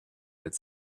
its